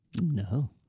No